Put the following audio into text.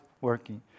working